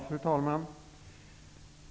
Fru talman!